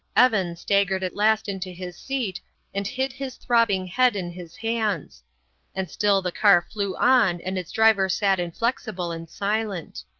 evan staggered at last into his seat and hid his throbbing head in his hands and still the car flew on and its driver sat inflexible and silent.